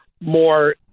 more